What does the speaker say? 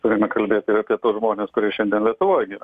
turime kalbėti ir apie tuos žmones kurie šiandien lietuvoj gyvena